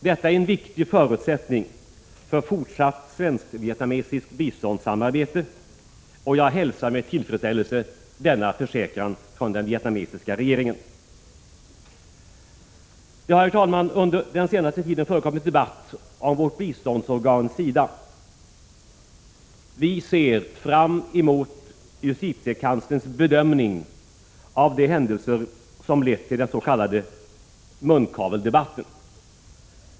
Det är en viktig förutsättning för fortsatt svensk-vietnamesiskt biståndssamarbete, och jag hälsar med tillfredsställelse denna försäkran från den vietnamesiska regeringen. Herr talman! Det har under den senaste tiden förekommit debatt om vårt biståndsorgan SIDA. Vi ser fram emot justitiekanslerns bedömning av de händelser som lett till den s.k. munkaveldebatten.